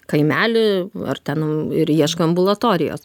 kaimely ar ten ir ieškai ambulatorijos